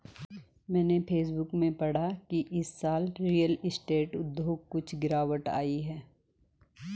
मैंने फेसबुक में पढ़ा की इस साल रियल स्टेट उद्योग कुछ गिरावट आई है